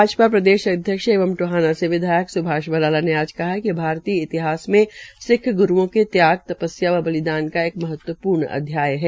भाजपा प्रदेशाध्यक्ष एवं टोहाना से विधायक सुभाष बराला ने आज कहा है कि भारतीय इतिहास में सिख ग्रुओं के त्याग तपस्या व बलिदान का एक महत्वप्र्ण अध्याय है